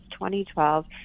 2012